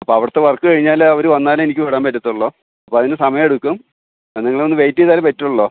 അപ്പം അവിടുത്തെ വർക്ക് കഴിഞ്ഞാൽ അവർ വന്നാലെ എനിക്ക് വിടാൻ പറ്റത്തുള്ളു അപ്പം അതിന് സമയമെടുക്കും അത് നിങ്ങളൊന്ന് വെയ്റ്റ് ചെയ്താലേ പറ്റുള്ളു